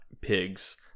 pigs